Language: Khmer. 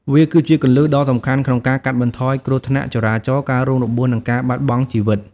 វាគឺជាគន្លឹះដ៏សំខាន់ក្នុងការកាត់បន្ថយគ្រោះថ្នាក់ចរាចរណ៍ ការរងរបួស និងការបាត់បង់ជីវិត។